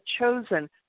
chosen